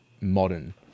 modern